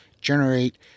generate